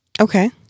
Okay